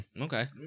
Okay